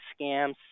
scams